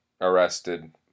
arrested